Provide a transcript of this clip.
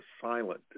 silent